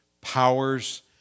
powers